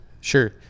Sure